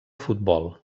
futbol